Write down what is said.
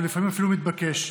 ולפעמים אפילו מתבקש,